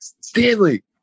Stanley